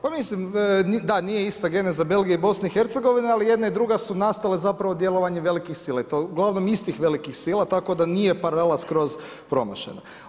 Pa mislim, da nije ista geneza Belgije i BIH, ali jedna i druga su nastale zapravo djelovanjem velikih sila i to uglavnom istih velikih sila, tako da nije paralela skroz promašena.